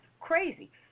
crazy